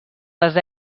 les